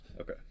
Okay